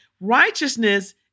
righteousness